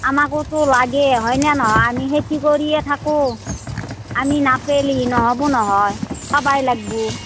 আমাকোতো লাগে হয়নে নহয় আমি খেতি কৰিয়ে থাকোঁ আমি নাপালেই নহ'ব নহয় পাবাই লাগবু